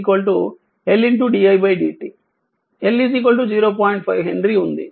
5 Henry ఉంది